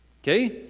Okay